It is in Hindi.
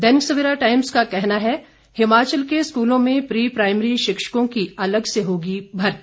दैनिक सवेरा टाइम्स का कहना है हिमाचल के स्कूलों में प्री प्राइमरी शिक्षकों की अलग से होगी भर्ती